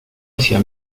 hacia